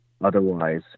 otherwise